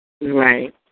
Right